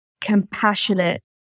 compassionate